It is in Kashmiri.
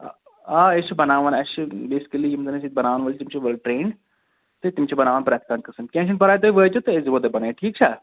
آ أسۍ چھِ بَناوان اَسہِ چھِ بیسٕکلی یِم زَن ییٚتہِ بَناوان وٲلۍ چھِ تِم چھِ ویل ٹرٛینڈ تہٕ تِم چھِ بَناوان پرٮ۪تھ کانٛہہ قٕسٕم کینٛہہ چھُنہٕ پَرواے تُہۍ وٲتِو أسۍ دِمو تۄہہِ بَنٲوِتھ ٹھیٖک چھا